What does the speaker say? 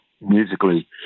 musically